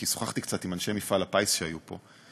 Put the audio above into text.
כי שוחחתי קצת עם אנשי מפעל הפיס שהיו פה,